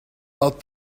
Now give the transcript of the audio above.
out